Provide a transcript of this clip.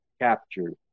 Captured